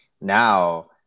now